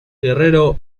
guerrero